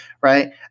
right